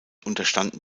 unterstanden